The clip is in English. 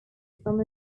from